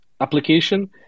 application